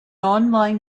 online